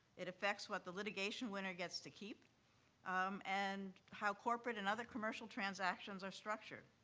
it affects what the litigation winner gets to keep um and how corporate and other commercial transactions are structured.